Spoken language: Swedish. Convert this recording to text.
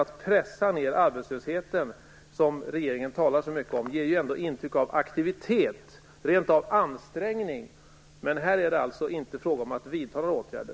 Att pressa ner arbetslösheten, som regeringen talar så mycket om, ger ändå intryck av aktivitet, rent av ansträngning. Men här är det alltså inte fråga om att vidta några åtgärder.